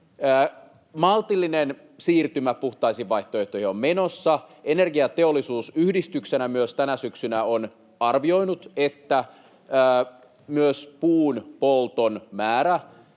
maltillinen siirtymä puhtaisiin vaihtoehtoihin on menossa. Myös Energiateollisuus yhdistyksenä tänä syksynä on arvioinut, että myös puun polton määrä